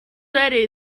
ready